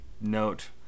note